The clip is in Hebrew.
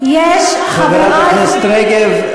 יש חברת הכנסת רגב,